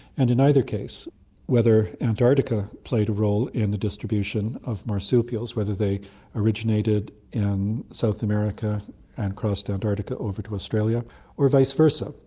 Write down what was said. and in either case whether antarctica played a role in the distribution of marsupials, whether they originated in south america and crossed antarctica over to australia or vice versa?